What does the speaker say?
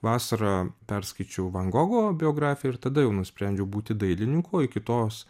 vasarą perskaičiau van gogo biografiją ir tada jau nusprendžiau būti dailininku o iki tos